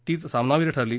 तिच सामनावीर ठरली